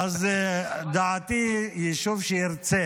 לדעתי, יישוב שירצה